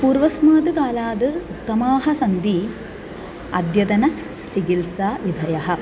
पूर्वस्मात् कालात् उत्तमाः सन्ति अद्यतनचिकित्सा विधयः